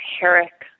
Herrick